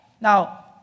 now